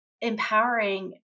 empowering